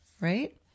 right